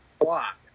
block